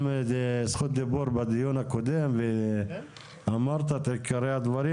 זכות דיבור בדיון הקודם ואמרת את עיקרי הדברים,